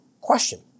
question